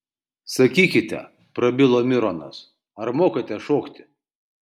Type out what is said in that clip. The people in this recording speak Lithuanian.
sakykite prabilo mironas ar mokate šokti